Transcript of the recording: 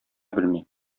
белми